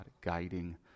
guiding